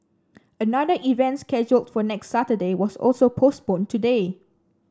another event scheduled for next Saturday was also postponed today